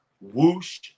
whoosh